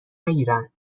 نگیرند